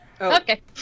Okay